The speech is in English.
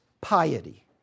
piety